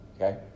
Okay